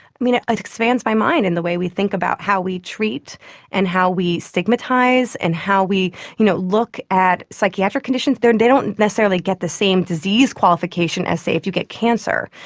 i mean, it it expands my mind in the way we think about how we treat and how we stigmatise and how we you know look at psychiatric conditions. and they don't necessarily get the same disease qualification as, say, if you get cancer.